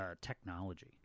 technology